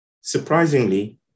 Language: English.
surprisingly